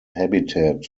habitat